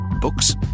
Books